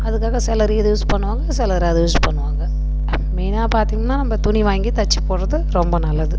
அதுக்காக சிலர் இதை யூஸ் பண்ணுவாங்கல் சிலர் அதை யூஸ் பண்ணுவாங்கள் மெயினாக பார்த்தீங்கன்னா நம்ம துணி வாங்கி தைச்சி போடுறது ரொம்ப நல்லது